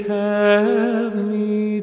heavenly